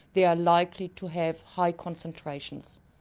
they are likely to have high concentrations'.